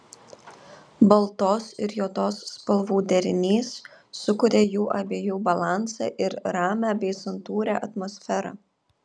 baltos ir juodos spalvų derinys sukuria jų abiejų balansą ir ramią bei santūrią atmosferą